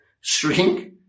shrink